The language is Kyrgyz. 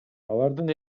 алардын